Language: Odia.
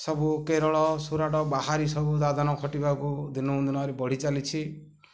ସବୁ କେରଳ ସୁରଟ ବାହାରି ସବୁ ଦାଦନ ଖଟିବାକୁ ଦିନକୁ ଦିନରେ ବଢ଼ି ଚାଲିଛି